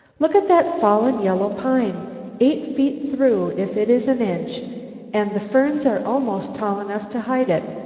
look at that fallen yellow-pine eight feet through if it is an inch and the ferns are almost tall enough to hide it.